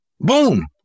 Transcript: Boom